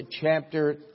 chapter